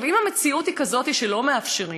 אם המציאות היא כזאת שלא מאפשרים